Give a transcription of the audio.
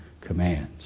commands